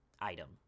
item